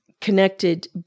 connected